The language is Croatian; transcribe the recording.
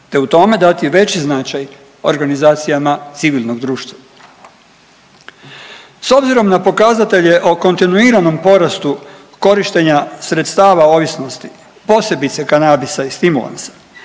te u tome dati veći značaj organizacijama civilnog društva. S obzirom na pokazatelje o kontinuiranom porastu korištenja sredstava ovisnosti, posebice kanabisa i stimulansa,